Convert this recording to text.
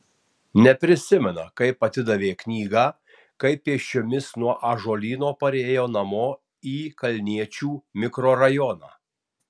neprisimena kaip atidavė knygą kaip pėsčiomis nuo ąžuolyno parėjo namo į kalniečių mikrorajoną